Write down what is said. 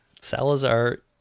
Salazar